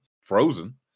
frozen